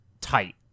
tight